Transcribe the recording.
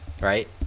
right